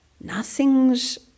Nothing's